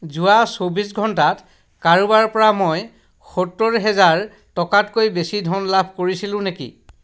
যোৱা চৌব্বিছ ঘণ্টাত কাৰোবাৰ পৰা মই সত্তৰ হাজাৰ টকাতকৈ বেছি ধন লাভ কৰিছিলো নেকি